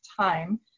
time